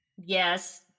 Yes